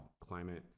climate